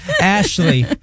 Ashley